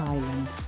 Island